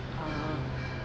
ah